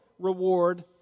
Reward